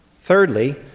Thirdly